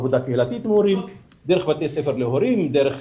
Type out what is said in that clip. עבודה קהילתית עם הורים דרך בתי ספר להורים ודרך